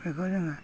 बेखौ जोङो